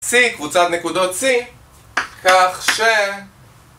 C, קבוצת נקודות C כך ש...